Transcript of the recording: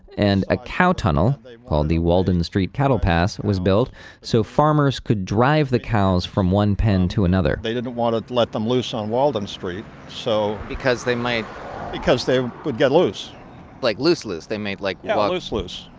and a cow tunnel, called the walden street cattle pass was built so farmers could drive the cows from one pen to another they didn't want to let them loose on walden street so because they might because they would get loose like loose, loose? they may like yeah, um loose, loose.